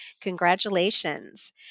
Congratulations